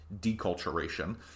deculturation